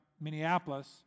Minneapolis